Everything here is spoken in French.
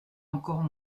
encore